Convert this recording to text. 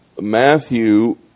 Matthew